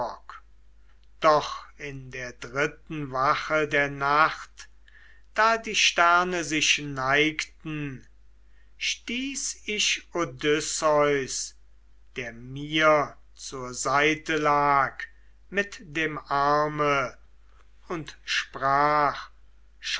doch in der dritten wache der nacht da die sterne sich neigten stieß ich odysseus der mir zur seiten lag mit dem arme und sprach